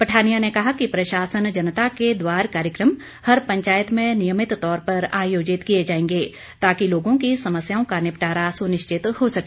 पठानिया ने कहा कि प्रशासन जनता के द्वार कार्यक्रम हर पंचायत में नियमित तौर पर आयोजित किए जाएंगे ताकि लोगों की समस्याओं का निपटारा सुनिश्चित हो सके